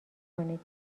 کنید